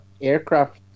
aircraft